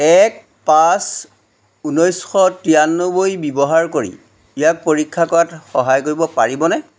এক পাঁচ ঊনৈছশ তিৰানব্বৈ ব্যৱহাৰ কৰি ইয়াক পৰীক্ষা কৰাত সহায় কৰিব পাৰিবনে